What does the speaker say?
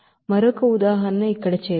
మరొక ఉదాహరణ ఇక్కడ చేద్దాం